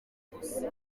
gusa